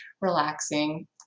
Relaxing